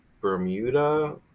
bermuda